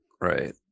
right